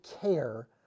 care